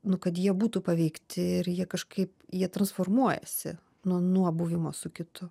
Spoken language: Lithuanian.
nu kad jie būtų paveikti ir jie kažkaip jie transformuojasi nu nuo buvimo su kitu